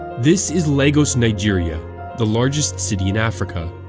this is lagos, nigeria the largest city in africa.